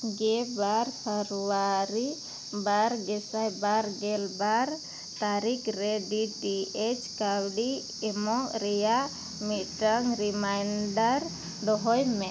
ᱜᱮ ᱵᱟᱨ ᱯᱷᱮᱵᱽᱨᱩᱣᱟᱨᱤ ᱵᱟᱨ ᱜᱮᱥᱟᱭ ᱵᱟᱨ ᱜᱮᱞ ᱵᱟᱨ ᱛᱟᱨᱤᱠᱷ ᱨᱮ ᱵᱤ ᱴᱤ ᱮᱭᱤᱪ ᱠᱟᱣᱰᱤ ᱮᱢᱚᱜ ᱨᱮᱱᱟᱜ ᱢᱤᱫᱴᱟᱝ ᱨᱤᱢᱟᱭᱤᱱᱰᱟᱨ ᱫᱚᱦᱚᱭ ᱢᱮ